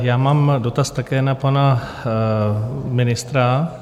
Já mám dotaz také na pana ministra.